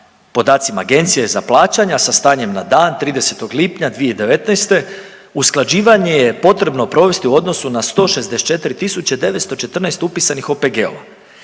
podacima Agencije za plaćanja sa stanjem na dan 30. lipnja 2019. usklađivanje je potrebno provesti u odnosu na 164.914 upisanih OPG-ova,